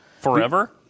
forever